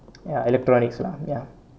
ya electronics lah ya